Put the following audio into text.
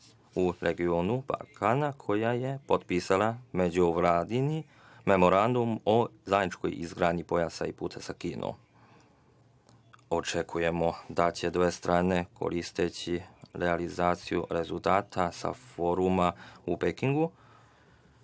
u regionu Balkana koja je potpisala međuvladin Memorandum o zajedničkoj izgradnji „Pojasa i puta“ sa Kinom. Očekujemo da će dve strane, koristeći realizaciju rezultata sa foruma u Pekingu,